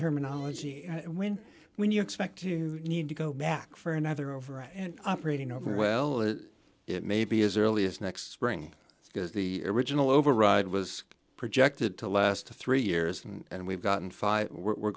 terminology when when you expect to need to go back for another over and operating over well in it maybe as early as next spring because the original override was projected to last three years and we've gotten five we're